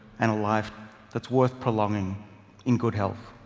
and a life that's worth prolonging in good health.